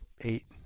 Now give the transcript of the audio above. eight